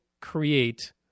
create